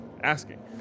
asking